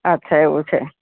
અચ્છા એવું છે